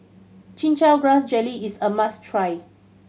Chin Chow Grass Jelly is a must try